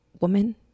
woman